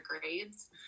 grades